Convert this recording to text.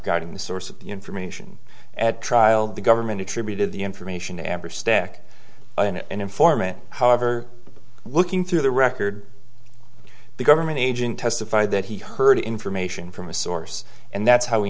regarding the source of information at trial the government attributed the information to amber stick an informant however looking through the record the government agent testified that he heard information from a source and that's how we